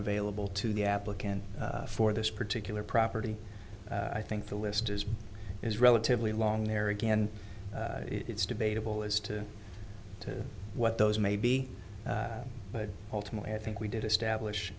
available to the applicant for this particular property i think the list is is relatively long there again it's debatable as to what those may be but ultimately i think we did establish